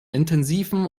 intensiven